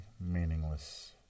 meaningless